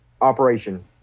operation